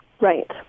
Right